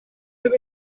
sydd